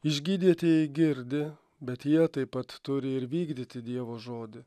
išgydytieji girdi bet jie taip pat turi ir vykdyti dievo žodį